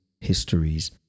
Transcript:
histories